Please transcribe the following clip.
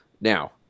Now